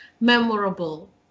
memorable